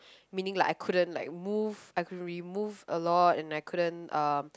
meaning like I couldn't like move I couldn't really move a lot and I couldn't uh